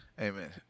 amen